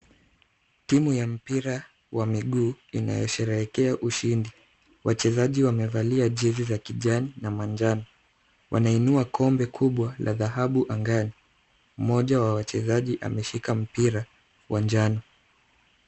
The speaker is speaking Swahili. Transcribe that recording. Timu ya mpira wa miguu inayosherehekea ushindi. Wachezaji wamevalia jezi za kijani na manjano. Wanainua kombe kubwa la dhahabu angani. Mmoja wa wachezaji ameshika mpira wa njano.